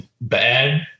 bad